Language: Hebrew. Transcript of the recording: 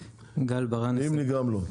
אם נגרם לו.